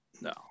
No